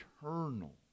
eternal